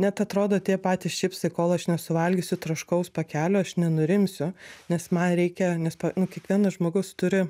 net atrodo tie patys čipsai kol aš nesuvalgysiu traškaus pakelio aš nenurimsiu nes man reikia nes nu kiekvienas žmogus turi